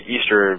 Easter